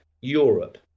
Europe